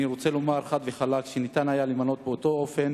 אני רוצה לומר חד וחלק שניתן היה למנות באותו אופן